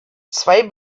zwei